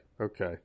okay